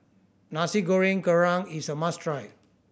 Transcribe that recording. Nasi Goreng Kerang is a must try